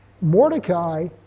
Mordecai